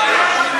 שוב.